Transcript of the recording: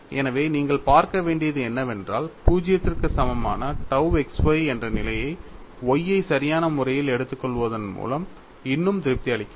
எனவே நீங்கள் பார்க்க வேண்டியது என்னவென்றால் 0 க்கு சமமான tau x y என்ற நிலை Y ஐ சரியான முறையில் எடுத்துக்கொள்வதன் மூலம் இன்னும் திருப்தி அளிக்கிறது